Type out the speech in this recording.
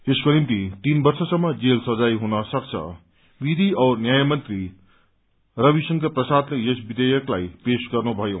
यसको निम्ति तीन वर्षसम्म जेल सजाय हुन सक्छं विधि औ न्याय मन्त्री रवि शंकर प्रसादले यस विषेयकलाई पेश गर्नुभयो